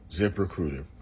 ZipRecruiter